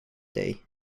day